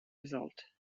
result